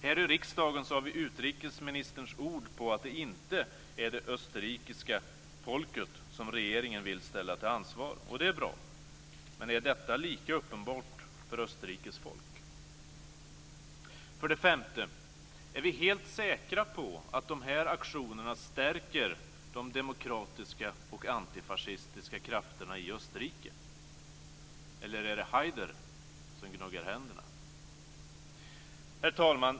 Här i riksdagen har vi utrikesministerns ord på att det inte är det österrikiska folket som regeringen vill ställa till ansvar, och det är bra. Men är detta lika uppenbart för Österrikes folk? För det sjätte undrar jag om vi är helt säkra på att de här aktionerna stärker de demokratiska och antifascistiska krafterna i Österrike? Eller är det Haider som gnuggar händerna? Herr talman!